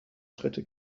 schritte